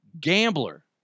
Gambler